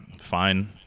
Fine